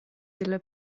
della